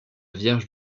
vierge